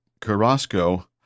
Carrasco